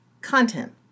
Content